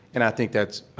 and i think that's